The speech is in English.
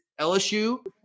LSU